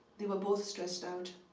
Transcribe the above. they were both stressed out.